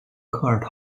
科尔